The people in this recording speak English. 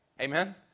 Amen